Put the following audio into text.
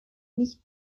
nicht